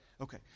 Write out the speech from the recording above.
Okay